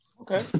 Okay